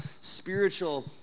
spiritual